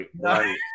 Right